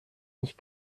nicht